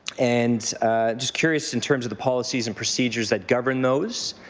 and just curious in terms of the policies and procedures that govern those.